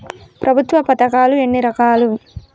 ప్రభుత్వ పథకాలు ఎన్ని రకాలు?